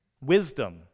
wisdom